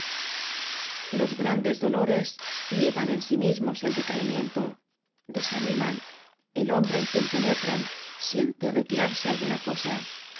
los grandes dolores llevan en sí mismos el decaimiento desaniman el hombre en quien penetran siente retirarse alguna cosa